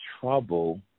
trouble